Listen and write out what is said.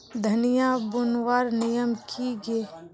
धनिया बूनवार नियम की गे?